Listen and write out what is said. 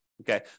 okay